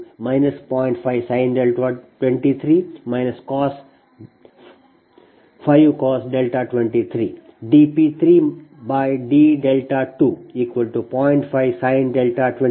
5sin 23 5cos 23 dP2d3 0